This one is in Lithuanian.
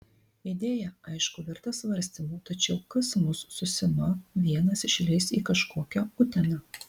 idėja aišku verta svarstymų tačiau kas mus su sima vienas išleis į kažkokią uteną